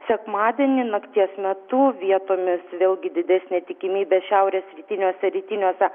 sekmadienį nakties metu vietomis vėlgi didesnė tikimybė šiaurės rytiniuose rytiniuose